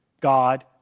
God